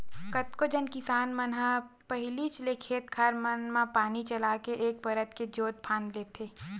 कतको झन किसान मन ह पहिलीच ले खेत खार मन म पानी चलाके एक परत के जोंत फांद लेथे